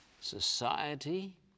Society